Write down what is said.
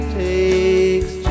takes